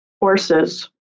horses